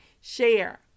share